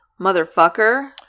motherfucker